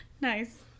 Nice